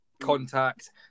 contact